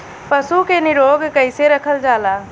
पशु के निरोग कईसे रखल जाला?